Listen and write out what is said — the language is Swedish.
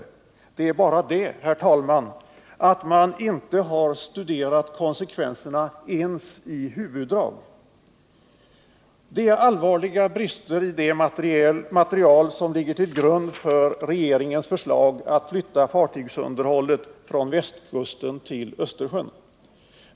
Det är bara det, herr talman, att man inte har studerat konsekvenserna ens i huvuddragen. Det är allvarliga brister i det material som ligger till grund för regeringens förslag att flytta fartygsunderhållet från västkusten till Östersjön.